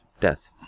death